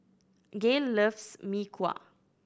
Gayle loves Mee Kuah